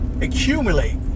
accumulate